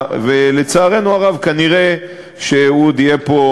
אחד צופה מה יהיה בעוד